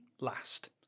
last